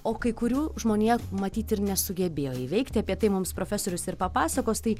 o kai kurių žmonija matyt ir nesugebėjo įveikti apie tai mums profesorius ir papasakos tai